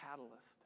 catalyst